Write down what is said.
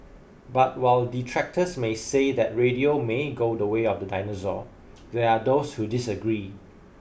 but while detractors may say that radio may go the way of the dinosaur there are those who disagree